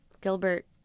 Gilbert